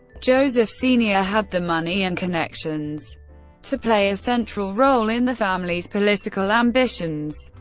joseph sr. had the money and connections to play a central role in the family's political ambitions.